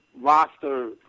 roster